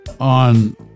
on